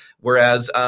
Whereas –